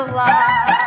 love